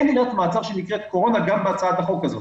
אין עילת מעצר שנקראת קורונה, גם בהצעת החוק הזאת.